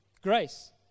grace